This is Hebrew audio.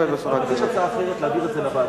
הצעה אחרת להעביר את זה לוועדה.